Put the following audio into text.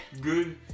good